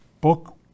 book